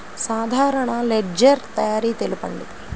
సాధారణ లెడ్జెర్ తయారి తెలుపండి?